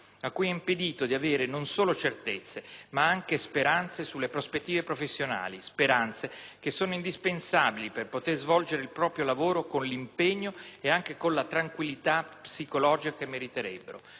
a cui è impedito di avere non solo certezze, ma anche speranze sulle prospettive professionali, speranze che sono indispensabili per poter svolgere il proprio lavoro con l'impegno e anche con la tranquillità psicologica che meriterebbero;